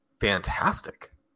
fantastic